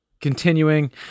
Continuing